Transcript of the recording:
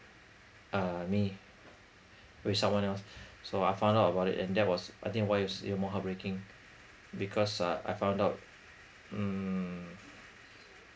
uh me with someone else so I found out about it and that was why it's more heartbreaking because uh I found out mm